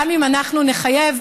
גם אם אנחנו נחייב,